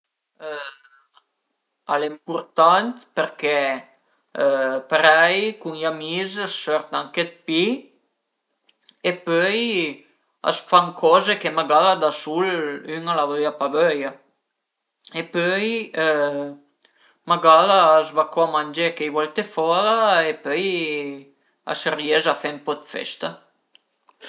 Al e ëmpurtant perché parei cun i amis sört anche d'pi e pöi a s'fan coze che magara da sul ün a l'avrìa pa vöia e pöi magara a s'va co mangé chei volte fora e pöi a s'ries a fe ën po dë festa